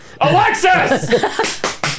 Alexis